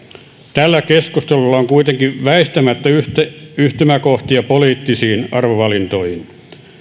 tällä keskustelulla on kuitenkin väistämättä yhtymäkohtia poliittisiin arvovalintoihin